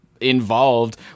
involved